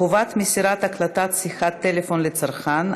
חובת מסירת הקלטת שיחת טלפון לצרכן),